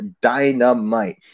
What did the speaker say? Dynamite